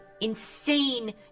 insane